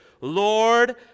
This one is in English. Lord